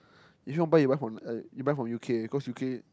if you want buy you buy from uh U_K cause U_K